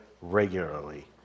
regularly